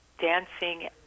dancing